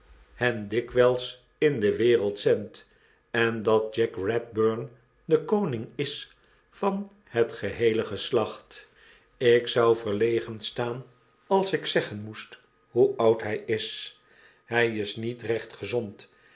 hen dikwyls in de wereld zendt en dat jack redburn de koning is van het geheele geslacht ik zou verlegen staan als ik zeggen moest hoe oud hy is hy is niet recht gezond